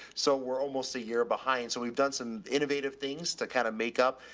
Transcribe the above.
so we're almost a year behind. so we've done some innovative things to kind of make up.